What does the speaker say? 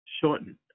shortened